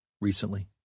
recently